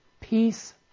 peace